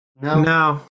No